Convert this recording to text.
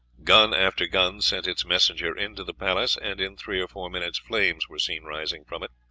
gun after gun sent its messenger into the palace, and in three or four minutes flames were seen rising from it.